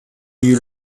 you